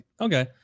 okay